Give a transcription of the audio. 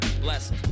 blessed